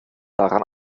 daran